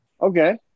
Okay